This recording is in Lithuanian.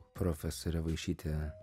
profesore vaišyte